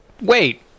Wait